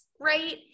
right